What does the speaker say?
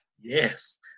yes